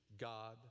God